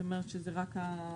זאת אומרת שיישאר